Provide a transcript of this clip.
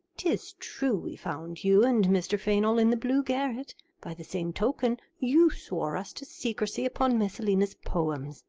tis true we found you and mr. fainall in the blue garret by the same token, you swore us to secrecy upon messalinas's poems.